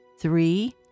three